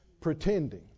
Pretending